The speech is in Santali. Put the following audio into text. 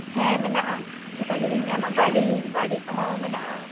ᱦᱮᱸ ᱢᱮᱱᱟᱜᱼᱟ ᱡᱷᱚᱛᱚ ᱜᱮᱵᱤᱱ ᱧᱟᱢᱟ ᱜᱟᱹᱰᱤ ᱜᱟᱹᱰᱤ ᱠᱚᱦᱚᱸ ᱢᱮᱱᱟᱜᱼᱟ